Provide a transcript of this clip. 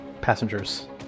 passengers